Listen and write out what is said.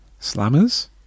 Slammers